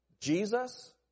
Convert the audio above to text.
Jesus